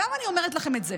למה אני אומרת לכם את זה?